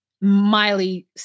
miley